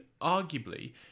arguably